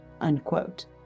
unquote